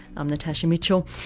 i'm natasha mitchell.